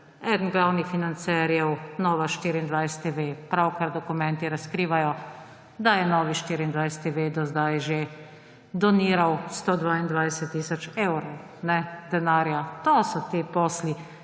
eden glavnih financerjev Nova24TV. Pravkar dokumenti razkrivajo, da je Novi24TV do sedaj že doniral 122 tisoč evrov denarja. To so ti posli.